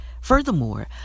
Furthermore